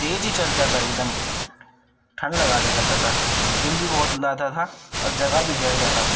تیز ہی چلتا تھا ایک دم ٹھنڈ لگا دیا کرتا تھا اور بل بھی بہت لاتا تھا اور جگہ بھی گھیرتا تھا